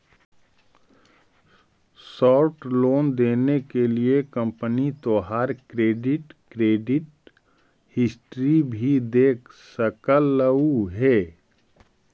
short loan देने के लिए कंपनी तोहार क्रेडिट क्रेडिट हिस्ट्री भी देख सकलउ हे